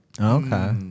Okay